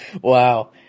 Wow